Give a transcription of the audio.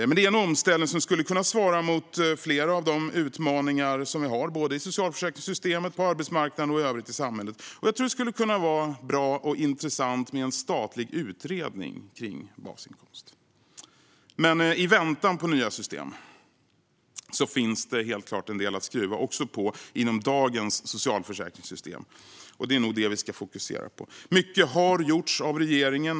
Det är en omställning som skulle kunna svara mot flera av de utmaningar vi har, både i socialförsäkringssystemet, på arbetsmarknaden och i övrigt i samhället. Jag tror att det skulle kunna vara bra och intressant med en statlig utredning kring basinkomst. Men i väntan på nya system finns det helt klart en del att skruva på inom dagens socialförsäkringssystem, och det är nog detta vi ska fokusera på. Mycket har gjorts av regeringen.